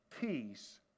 Peace